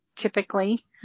Typically